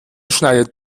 schneidet